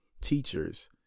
teachers